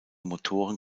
motoren